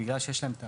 בגלל שיש להן את